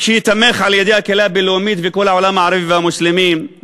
שייתמך על-ידי הקהילה הבין-לאומית וכל העולם הערבי והמוסלמים,